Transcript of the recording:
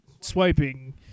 swiping